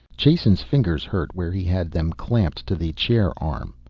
jason's fingers hurt where he had them clamped to the chair arm.